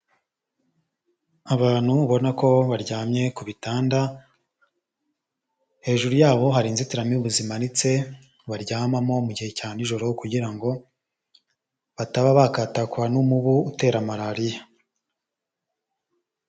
Abantu ubona ko baryamye ku bitanda, hejuru yabo hari inzitiramibu zimanitse baryamamo mu gihe cya nijoro, kugira ngo bataba bakatakwa n'umubu utera Malariya.